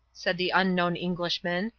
said the unknown englishman,